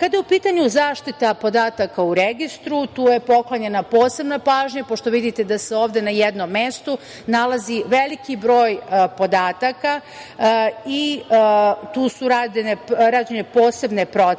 Kada je u pitanju zaštita podataka u registru, tu je poklonjena posebna pažnja, pošto vidite da se ovde na jednom mestu nalazi veliki broj podataka i tu su rađene posebne procene